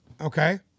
Okay